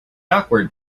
awkward